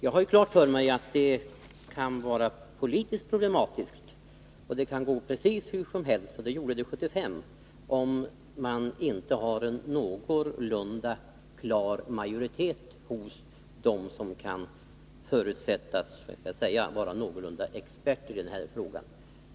Jag har klart för mig att det politiskt kan vara problematiskt. Det kan gå precis hur som helst — det gjorde det 1975 —- om man inte har en någorlunda klar majoritet hos dem som kan förutsättas vara något av experter i den här frågan.